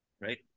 right